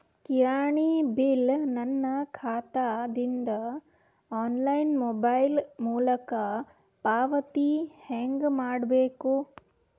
ಕಿರಾಣಿ ಬಿಲ್ ನನ್ನ ಖಾತಾ ದಿಂದ ಆನ್ಲೈನ್ ಮೊಬೈಲ್ ಮೊಲಕ ಪಾವತಿ ಹೆಂಗ್ ಮಾಡಬೇಕು?